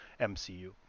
mcu